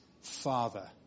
Father